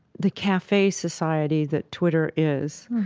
the cafe society that twitter is,